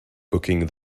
booking